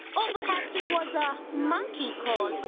or perhaps it was a monkey call.